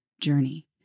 journey